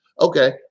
Okay